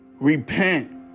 Repent